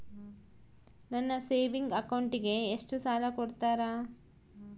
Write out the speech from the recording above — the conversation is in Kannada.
ನನ್ನ ಸೇವಿಂಗ್ ಅಕೌಂಟಿಗೆ ಎಷ್ಟು ಸಾಲ ಕೊಡ್ತಾರ?